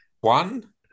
one